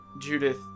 Judith